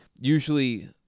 Usually